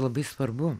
labai svarbu